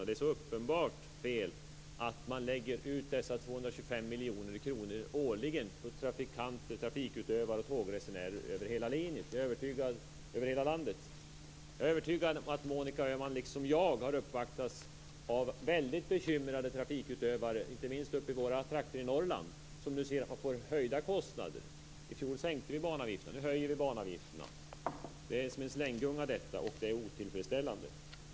Det är så uppenbart fel att man lägger ut dessa 225 miljoner kronor årligen på trafikanter och tågresenärer över hela landet. Jag är övertygad om att Monica Öhman liksom jag har uppvaktats av väldigt bekymrade trafikutövare, inte minst från Norrland, som nu får höjda kostnader. I fjol sänktes banavgifterna, i år höjs de. Detta är som en slänggunga, och det är otillfredsställande.